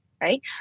right